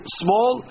small